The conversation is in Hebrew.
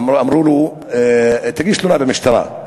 אמרו לו: תגיש תלונה במשטרה.